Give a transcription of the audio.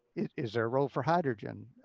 is is there a role for hydrogen?